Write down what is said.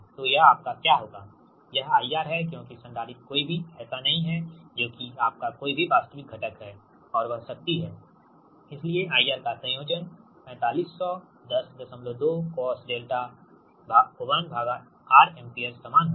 तो यह आपका क्या होगा यह IR है क्योंकि संधारित्र कोई भी ऐसा नहीं है जो कि आपका कोई भी वास्तविक घटक है और वह शक्ति है इसलिए IR का संयोजन 4500 102 cos𝛿 1R एम्पीयर समान होगा